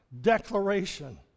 declaration